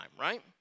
right